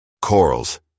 Corals